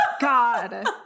god